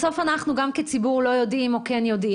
בסוף גם אנחנו כציבור לא יודעים או כן יודעים.